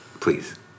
please